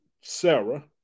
Sarah